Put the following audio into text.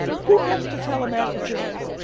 who gets to tell america's history?